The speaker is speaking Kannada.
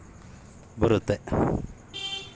ಗುಣಮಟ್ಟ ಸಸಿಗಳಿಂದ ಹೆಚ್ಚು ಇಳುವರಿ ಬರುತ್ತಾ?